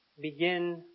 begin